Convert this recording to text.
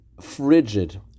frigid